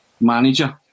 manager